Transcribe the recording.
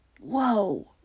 whoa